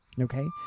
Okay